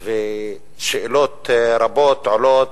ושאלות רבות עולות,